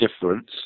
difference